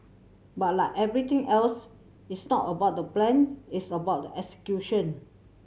but like everything else it's not about the plan it's about the execution